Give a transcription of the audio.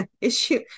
issue